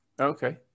okay